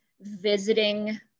visiting